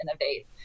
innovate